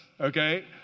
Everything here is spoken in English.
okay